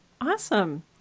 Awesome